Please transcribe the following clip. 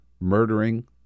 Murdering